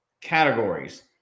categories